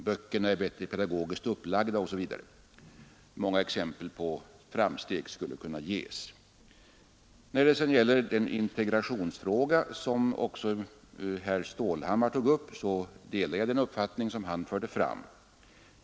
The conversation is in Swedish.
Böckerna är bättre pedagogiskt upplagda osv.; många exempel på framsteg skulle kunna ges. När det sedan gäller den integrationsfråga som herr Stålhammar tog upp delar jag hans uppfattning.